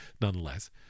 nonetheless